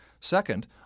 Second